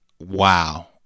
wow